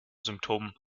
symptomen